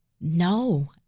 No